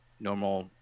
Normal